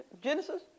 Genesis